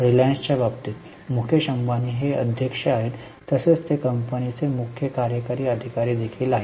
रिलायन्सच्या बाबतीत मुकेश अंबानी हे अध्यक्ष आहेत तसेच ते कंपनीचे मुख्य कार्यकारी अधिकारी देखील आहेत